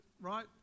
Right